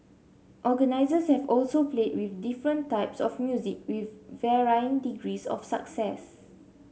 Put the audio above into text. organisers have also played with different types of music with varying degrees of success